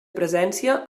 presència